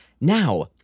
Now